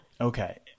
Okay